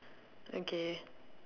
okay